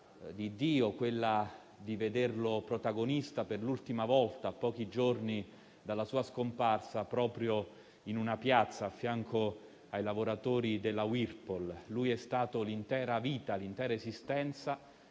di Dio, quella di vederlo protagonista per l'ultima volta a pochi giorni dalla sua scomparsa proprio in una piazza, a fianco ai lavoratori della Whirlpool. Lui è stato per l'intera esistenza